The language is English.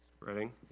Spreading